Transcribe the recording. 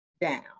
down